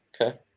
okay